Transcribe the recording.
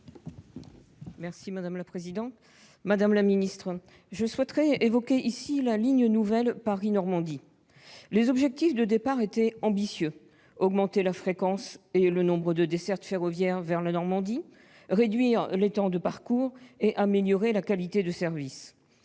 Féret, sur l'article. Madame la ministre, je souhaite évoquer la ligne nouvelle Paris-Normandie, la LNPN. Les objectifs de départ étaient ambitieux : augmenter la fréquence et le nombre des dessertes ferroviaires de la Normandie, réduire les temps de parcours et améliorer la qualité de service.